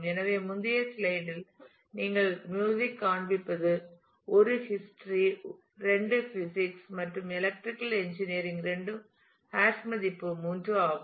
எனவே முந்தைய ஸ்லைடில் நீங்கள் மியூசிக் காண்பிப்பது 1 ஹிஸ்டரி 2 பிசிக்ஸ் மற்றும் எலக்ட்ரிக்கல் இன்ஜினியரிங் இரண்டும் ஹாஷ் மதிப்பு 3 ஆகும்